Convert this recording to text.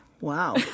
Wow